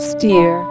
Steer